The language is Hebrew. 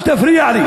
אל תפריע לי.